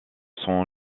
sont